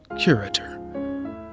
curator